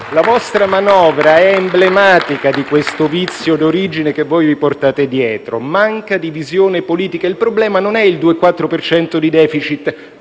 La vostra manovra è emblematica di questo vizio d'origine che vi portate dietro: manca di visione politica. Il problema non è il 2,4 percento